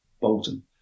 Bolton